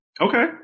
Okay